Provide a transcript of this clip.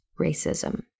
racism